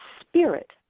spirit